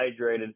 hydrated